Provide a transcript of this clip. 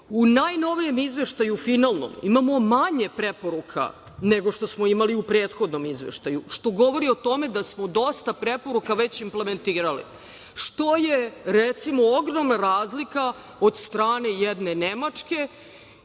U najnovijem izveštaju, finalnom, imamo manje preporuka nego što smo imali u prethodnom izveštaju, što govori o tome da smo dosta preporuka već implementirali, što je, recimo, ogromna razlika od strane jedne Nemačke,